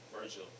Virgil